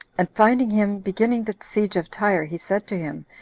and finding him beginning the siege of tyre, he said to him,